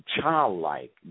childlike